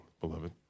beloved